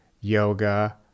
yoga